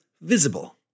visible